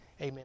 Amen